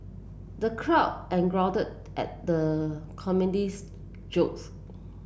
the crowd at the comedian's jokes